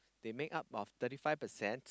they make up of thirty five percent